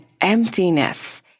emptiness